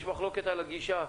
יש מחלוקת על הגישה.